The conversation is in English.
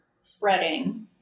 spreading